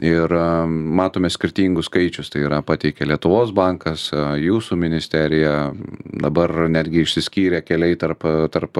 ir matome skirtingus skaičius tai yra pateikia lietuvos bankas jūsų ministerija dabar netgi išsiskyrė keliai tarp tarp